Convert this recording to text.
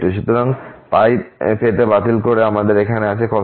সুতরাং এই পেতে বাতিল করে আমাদের আছে cos 2nx